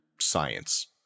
science